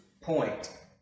point